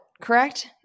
correct